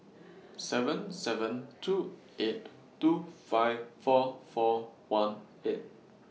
seven seven two eight two five four four one eight